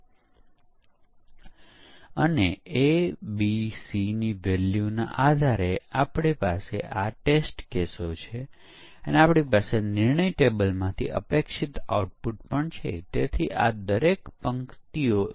અહીં વોટરફોલ મોડેલથી વિપરીત V મોડેલ પરીક્ષણ પ્રવૃત્તિઓ આખી લાઇફ સાયકલ માં ફેલાયેલી છે તેમાં પરીક્ષણ વિકાસના દરેક તબક્કામાં છે